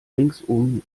ringsum